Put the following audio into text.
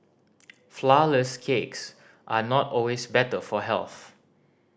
flourless cakes are not always better for health